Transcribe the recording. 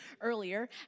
earlier